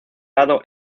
lado